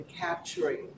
capturing